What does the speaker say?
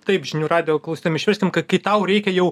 taip žinių radijo klausytojam išverskim kai tau reikia jau